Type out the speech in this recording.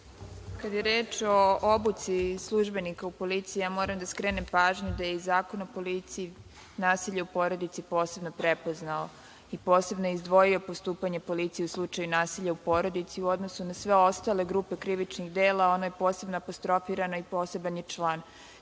Kada je reč o obuci službenika u policiji, moram da skrenem pažnju da je Zakon o policiji nasilje u porodici posebno prepoznao i posebno je izdvojio postupanje policije u slučaju nasilja u porodici. U odnosu na sve ostale grupe krivičnih dela ono je posebno apostrofirano i poseban je član. Tako